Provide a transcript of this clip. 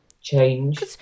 change